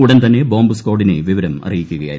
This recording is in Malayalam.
ഉടൻ തന്നെ ബോംബ് സ്കാഡിനെ വിവരം അറിയിക്കുകയായിരുന്നു